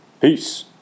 Peace